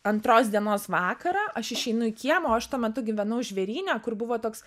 antros dienos vakarą aš išeinu į kiemą o aš tuo metu gyvenau žvėryne kur buvo toks